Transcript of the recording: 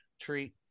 treat